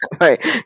Right